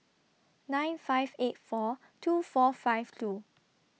nine five eight four two four five two